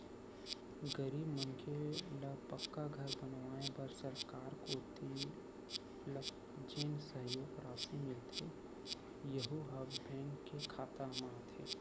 गरीब मनखे ल पक्का घर बनवाए बर सरकार कोती लक जेन सहयोग रासि मिलथे यहूँ ह बेंक के खाता म आथे